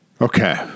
okay